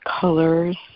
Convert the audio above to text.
colors